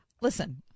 Listen